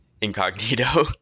incognito